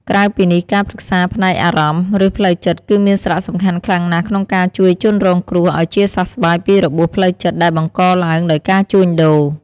ក្រៅពីនេះ ការប្រឹក្សាផ្នែកអារម្មណ៍ ឬផ្លូវចិត្ត គឺមានសារៈសំខាន់ខ្លាំងណាស់ក្នុងការជួយជនរងគ្រោះឲ្យជាសះស្បើយពីរបួសផ្លូវចិត្តដែលបង្កឡើងដោយការជួញដូរ។